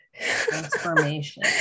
transformation